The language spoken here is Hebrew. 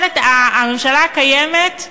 הממשלה הקיימת,